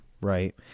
right